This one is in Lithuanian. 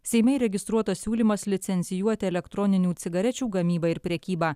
seime įregistruotas siūlymas licencijuoti elektroninių cigarečių gamybą ir prekybą